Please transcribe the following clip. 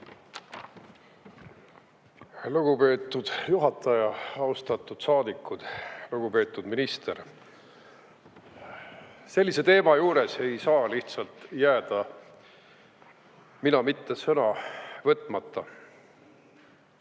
Lugupeetud juhataja! Austatud saadikud! Lugupeetud minister! Sellise teema juures ma ei saa lihtsalt jätta sõna võtmata.